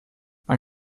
man